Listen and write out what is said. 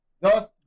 thus